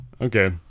Okay